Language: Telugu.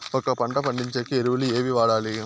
ఒక పంట పండించేకి ఎరువులు ఏవి వాడాలి?